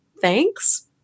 thanks